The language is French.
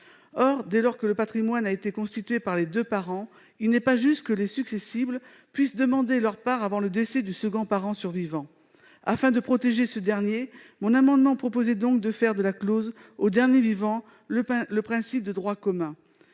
Dès lors que le patrimoine a été constitué par les deux parents, il n'est pas juste que les successibles puissent demander leur part avant le décès du second parent survivant. Afin de protéger ce dernier, mon amendement visait à faire de la clause au dernier vivant le principe de droit commun.